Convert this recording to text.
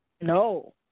No